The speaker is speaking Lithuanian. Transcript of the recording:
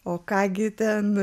o ką gi ten